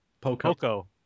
poco